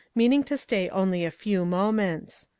meaning to stay only a few moments.